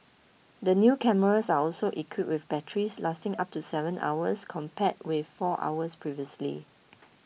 the new cameras are also equipped with batteries lasting up to seven hours compared with four hours previously